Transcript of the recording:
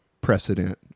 precedent